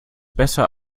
besser